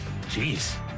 Jeez